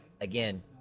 again